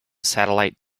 satellite